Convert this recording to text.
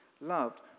loved